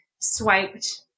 swiped